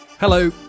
Hello